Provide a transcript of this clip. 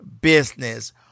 business